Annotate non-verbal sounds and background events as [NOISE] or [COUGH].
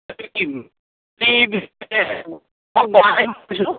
[UNINTELLIGIBLE] পৰা কৈছোঁ